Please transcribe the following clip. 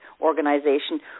organization